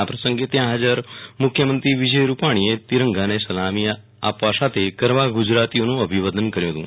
આ પ્રસંગે ત્યાં હાજર મુખ્યમંત્રી વિજય રૂપાણી એ તિરંગાને સલામો આપવા સાથે ગરવા ગુજરાતીઓનું અભિવાદન કર્યું હતું